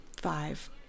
five